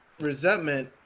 resentment